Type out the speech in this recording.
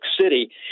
City